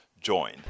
join